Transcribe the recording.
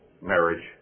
marriage